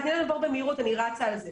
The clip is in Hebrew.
תני לי לעבור במהירות, אני רצה על זה.